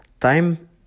time